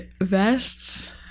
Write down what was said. vests